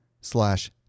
slash